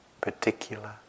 particular